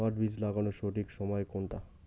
পাট বীজ লাগানোর সঠিক সময় কোনটা?